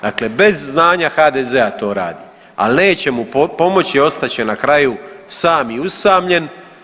Dakle, bez znanja HDZ-a to radi ali neće mu to pomoći, ostat će na kraju sam i usamljen.